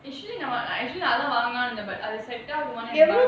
அதான் வாங்கலாம்னு இருந்தே:athaan vangalaamnu irunthaen but set ஆகுமானு தெரில:aagumaanu terila